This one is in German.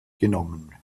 genommen